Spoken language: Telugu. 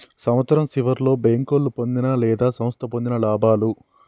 సంవత్సరం సివర్లో బేంకోలు పొందిన లేదా సంస్థ పొందిన లాభాలు